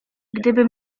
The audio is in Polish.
gdyby